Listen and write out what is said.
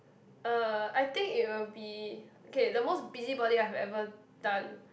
uh I think it will be okay the most busy body I have ever done